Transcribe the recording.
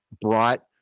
brought